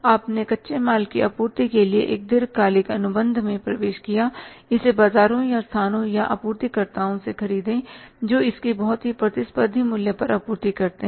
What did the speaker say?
आपने कच्चे माल की आपूर्ति के लिए एक दीर्घकालिक अनुबंध में प्रवेश किया इसे बाजारों या स्थानों या आपूर्तिकर्ताओं से खरीदे जो इसकी बहुत ही प्रतिस्पर्धी मूल्य पर आपूर्ति कर रहे हैं